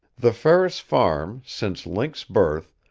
the ferris farm, since link's birth,